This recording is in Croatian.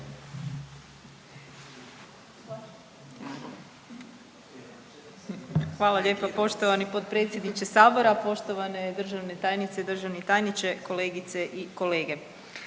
Hvala lijepa poštovani potpredsjedniče sabora. Poštovane državne tajnice i državni tajniče, kolegice i kolege,